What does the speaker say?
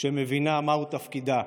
שמבינה מהו תפקידה.